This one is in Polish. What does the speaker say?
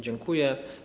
Dziękuję.